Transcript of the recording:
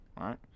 right